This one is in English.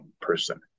person